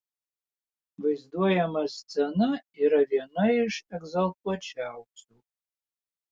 vaizduojama scena yra viena iš egzaltuočiausių